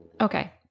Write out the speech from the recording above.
Okay